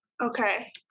Okay